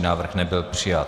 Návrh nebyl přijat.